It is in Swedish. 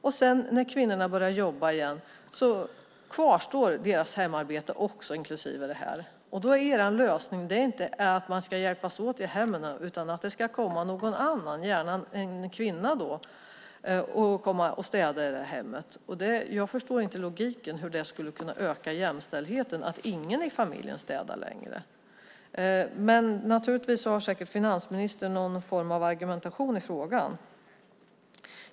När kvinnorna sedan börjar jobba igen kvarstår deras hemarbete inklusive det här. Då är er lösning inte att man ska hjälpas åt i hemmen utan att det ska komma någon annan, gärna en kvinna, och städa i hemmet. Jag förstår inte logiken, hur det skulle kunna öka jämställdheten att ingen i familjen städar längre. Finansministern har säkert någon form av argumentation i frågan.